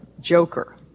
joker